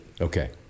Okay